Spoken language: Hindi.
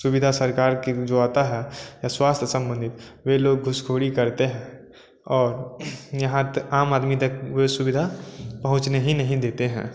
सुविधा सरकार की जो आता है या स्वास्थ्य संबंधित वह लोग घूसखोरी करते हैं और यहाँ तक आम आदमी तक वह सुविधा पहुँचने ही नहीं देते हैं